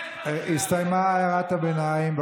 הסתיימה הערת הביניים.